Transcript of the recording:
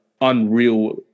unreal